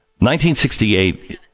1968